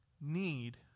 need